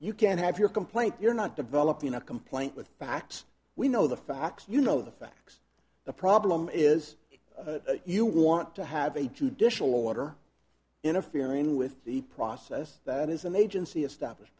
you can have your complaint you're not developing a complaint with facts we know the facts you know the facts the problem is you want to have a judicial order in a feeling with the process that is an agency established